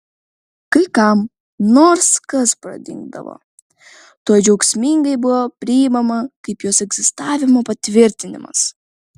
kai kam nors kas pradingdavo tuoj džiaugsmingai buvo priimama kaip jos egzistavimo patvirtinimas